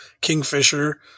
Kingfisher